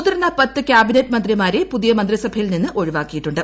മുതിർന്ന പത്ത് ക്യാബിനറ്റ് മൂന്ത്രിമാരെ പുതിയ മന്ത്രിസഭയിൽ നിന്ന് ഒഴിവാക്കിയിട്ടുണ്ട്